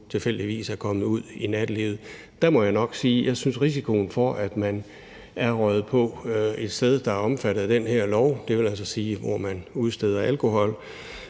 nu tilfældigvis er kommet ud i nattelivet. Der må jeg nok sige, at jeg synes, at risikoen for, at man er på et sted, der vil være omfattet af den her lov – det vil altså sige steder, hvor der udskænkes alkohol